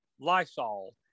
Lysol